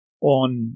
on